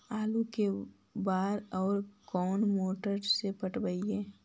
आलू के बार और कोन मोटर से पटइबै?